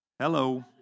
Hello